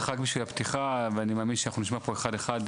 ככה בשביל הפתיחה ואני מאמין שאנחנו נשמע פה אחד-אחד,